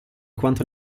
quanto